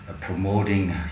promoting